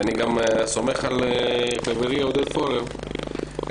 אני גם סומך על חברי עודד פורר שיקרא